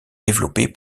développées